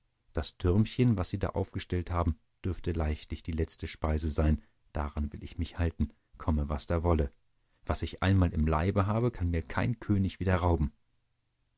das türmchen das sie da aufgestellt haben dürfte leichthin die letzte speise sein daran will ich mich halten komme was da wolle was ich einmal im leibe habe kann mir kein könig wieder rauben